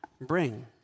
bring